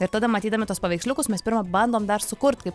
ir tada matydami tuos paveiksliukus mes pirma bandom dar sukurt kaip